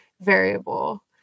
variable